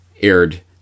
aired